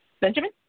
Benjamin